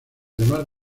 demás